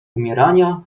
umierania